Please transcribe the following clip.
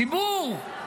ציבור.